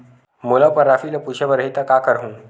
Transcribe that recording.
मोला अपन राशि ल पूछे बर रही त का करहूं?